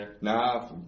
Nah